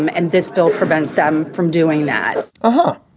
um and this bill prevents them from doing that huh.